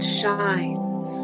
shines